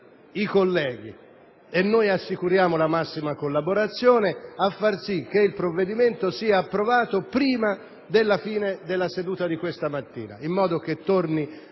i colleghi - e noi assicuriamo la massima collaborazione - a far sì che il provvedimento sia approvato prima della fine della seduta di questa mattina, in modo che torni